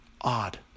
Odd